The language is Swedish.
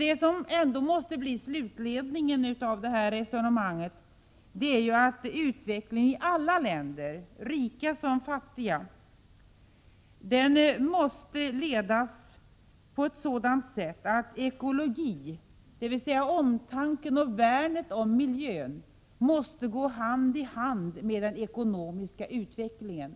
Det som ändå måste bli slutsatsen av detta resonemang är att utvecklingen i alla länder — rika som fattiga — måste ledas på ett sådant sätt att ekologin, dvs. omtanken och värnandet om miljön, kan gå hand i hand med den ekonomiska utvecklingen.